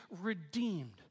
redeemed